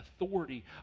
authority